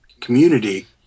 community